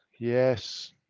Yes